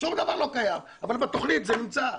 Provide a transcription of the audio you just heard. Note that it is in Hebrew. שום דבר שלא קיים אבל בתכנית זה נמצא.